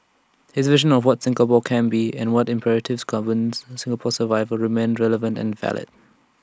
his vision of what Singapore can be and what imperatives governs Singapore's survival remain relevant and valid